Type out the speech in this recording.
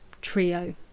trio